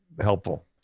helpful